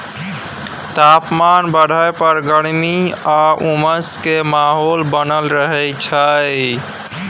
तापमान बढ़य पर गर्मी आ उमस के माहौल बनल रहय छइ